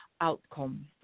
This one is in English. outcome